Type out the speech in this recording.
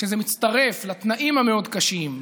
כשזה מצטרף לתנאים המאוד-קשים,